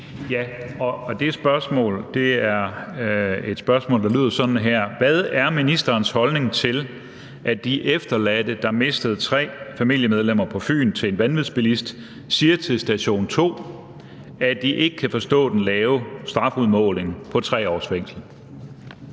15:27 Peter Skaarup (DF): Det spørgsmål lyder sådan her: Hvad er ministerens holdning til, at de efterladte, der mistede tre familiemedlemmer på Fyn til en vanvidsbilist, siger til »Station 2«, at de ikke kan forstå den lave strafudmåling på 3 års fængsel?